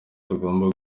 tugomba